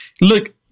look